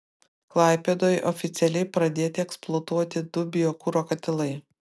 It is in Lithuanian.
klaipėdoje oficialiai pradėti eksploatuoti du biokuro katilai